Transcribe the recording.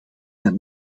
het